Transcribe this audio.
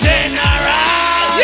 General